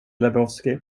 lebowski